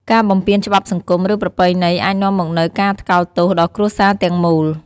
ការបំពានច្បាប់សង្គម ឬប្រពៃណីអាចនាំមកនូវការថ្កោលទោសដល់គ្រួសារទាំងមូល។